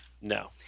No